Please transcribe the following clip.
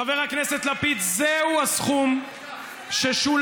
חבר הכנסת לפיד, זהו הסכום ששולם,